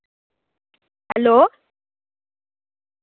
hello